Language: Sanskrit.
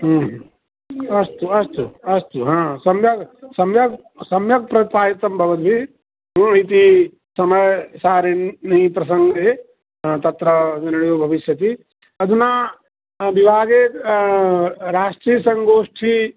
अस्तु अस्तु अस्तु ह सम्यक् सम्यक् सम्यक् प्रतिपादितं भवद्भिः इति समयसारिणी प्रसङ्गे तत्र निर्णयो भविष्यति अधुना विभागे राष्ट्रीयसङ्गोष्ठी